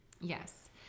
Yes